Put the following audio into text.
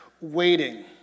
waiting